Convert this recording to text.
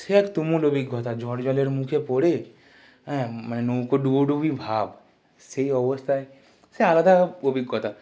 সে এক তুমুল অভিজ্ঞতা ঝড় জলের মুখে পড়ে মানে নৌকো ডুবডুবি ভাব সেই অবস্থায় সে আলাদা অভিজ্ঞতা